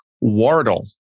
Wardle